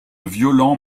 violents